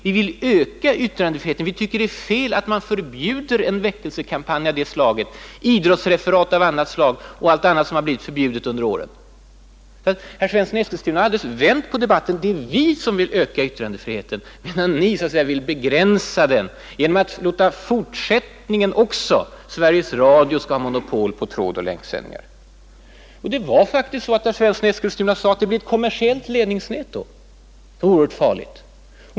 Vi vill öka yttrandefriheten. Vi tycker det är fel att man förbjuder en väckelsekampanj av det här slaget, idrottsreferat och annat som blivit förbjudet under åren. Herr Svensson i Eskilstuna har alltså alldeles vänt på sakläget. Det är vi som vill öka yttrandefriheten medan ni vill begränsa den genom att också i fortsättningen låta Sveriges Radio ha monopol på trådoch länksändningar. Herr Svensson i Eskilstuna sade att det då blir ett kommersiellt ledningsnät, vilket skulle vara oerhört farligt.